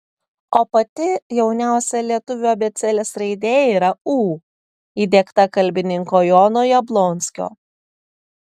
o pati jauniausia lietuvių abėcėlės raidė yra ū įdiegta kalbininko jono jablonskio